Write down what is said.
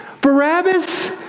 Barabbas